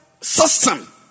system